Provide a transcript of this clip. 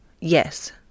Yes